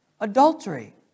adultery